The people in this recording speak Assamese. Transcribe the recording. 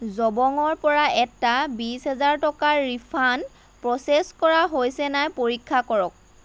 জবঙৰপৰা এটা বিছ হেজাৰ টকাৰ ৰিফাণ্ড প্ৰ'চেছ কৰা হৈছে নাই পৰীক্ষা কৰক